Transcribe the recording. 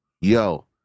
Yo